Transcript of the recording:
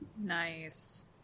Nice